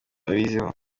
abiziho